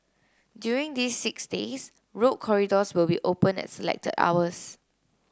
during these six days road corridors will be open at selected hours